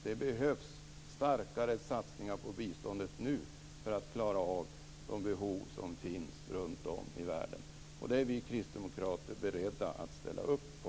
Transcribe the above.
Det behövs nu starkare satsningar på biståndet för att klara av de behov som finns runtom i världen. Det är vi kristdemokrater beredda att ställa upp på.